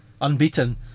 unbeaten